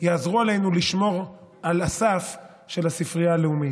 יעזרו לנו לשמור על הסף של הספרייה הלאומית.